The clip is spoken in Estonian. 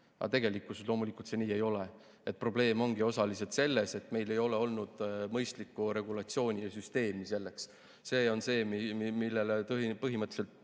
loomulikult see nii ei ole. Probleem ongi osaliselt selles, et meil ei ole olnud mõistlikku regulatsiooni ja süsteemi selleks. See on see, millele tõenäoliselt